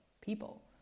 people